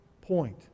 point